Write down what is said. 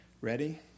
Ready